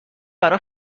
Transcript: برا